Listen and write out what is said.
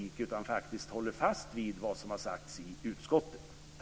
Det gäller att faktiskt hålla fast vid vad som har sagts i utskottet.